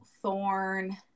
Thorn